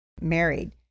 married